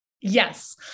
Yes